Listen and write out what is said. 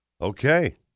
Okay